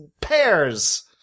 pairs